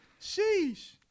Sheesh